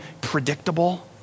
predictable